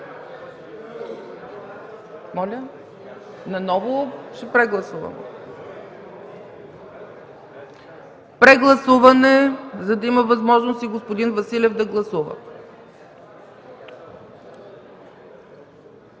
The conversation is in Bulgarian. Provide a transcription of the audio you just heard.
седне на мястото и да гласува. Прегласуване, за да има възможност и господин Василев да гласува.